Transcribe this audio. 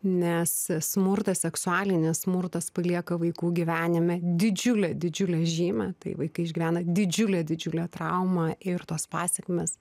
nes smurtas seksualinis smurtas palieka vaikų gyvenime didžiulę didžiulę žymę tai vaikai išgyvena didžiulę didžiulę traumą ir tos pasekmės